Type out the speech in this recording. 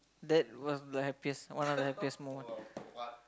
that was the happiest one of the happiest moment